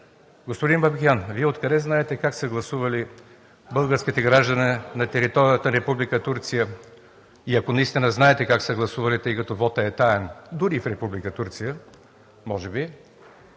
Господин Бабикян, Вие откъде знаете как са гласували българските граждани на територията на Република Турция и ако наистина знаете как са гласували, тъй като вотът е таен, дори в Република Турция, може би